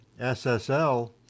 SSL